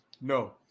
No